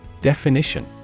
Definition